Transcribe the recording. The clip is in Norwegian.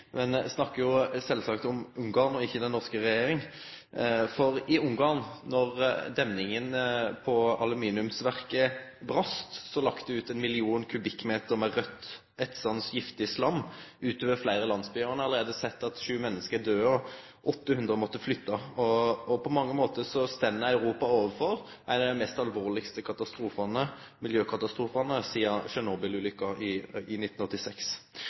men vi snakkar jo sjølvsagt om Ungarn og ikkje den norske regjeringa. I Ungarn, då demninga på aluminiumsverket brast, lak det 1 million m3 med raudt, etsande, giftig slam utover fleire landsbyar. Ein har allereie sett at sju menneske er døde, og 800 har måtta flykte. På mange måtar står Europa overfor ein av dei mest alvorlege miljøkatastrofane sidan Tsjernobyl-ulykka i 1986.